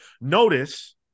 Notice